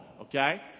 Okay